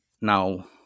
now